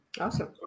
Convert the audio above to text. Awesome